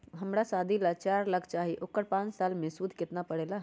हमरा शादी ला चार लाख चाहि उकर पाँच साल मे सूद कितना परेला?